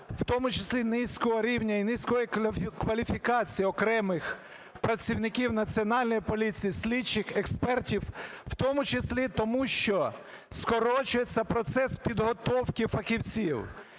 в тому числі, низького рівня і низької кваліфікації окремих працівників Національної поліції, слідчих, експертів, в тому числі тому що скорочується процес підготовки фахівців.